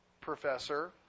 professor